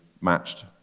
matched